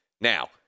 Now